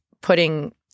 putting